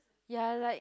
ya like